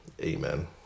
Amen